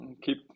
keep